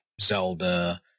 Zelda